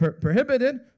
prohibited